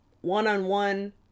one-on-one